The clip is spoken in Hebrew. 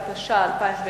התש"ע 2010,